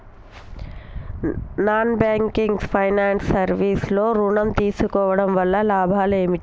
Non banking finance service లో ఋణం తీసుకోవడం వల్ల లాభాలు ఏమిటి?